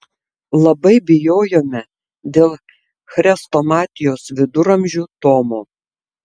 labai bijojome dėl chrestomatijos viduramžių tomo